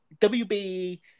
WB